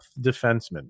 defenseman